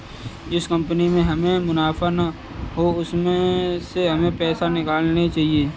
जिस कंपनी में हमें मुनाफा ना हो उसमें से हमें पैसे निकाल लेने चाहिए